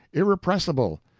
irrepressible,